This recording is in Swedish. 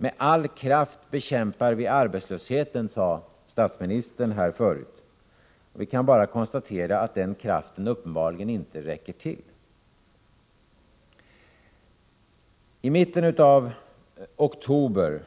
Med all kraft bekämpar vi arbetslösheten, sade statsministern här tidigare. Vi kan bara konstatera att den kraften uppenbarligen inte räcker till. I mitten av oktober